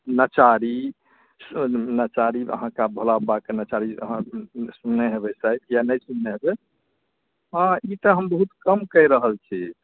नचारी अहाँकेँ भोला बाबाके नचारी अहाँ सुनने हेबै शायद या नहि सुनने हेबै हँ ई तऽ हम बहुत कम कहि रहल छी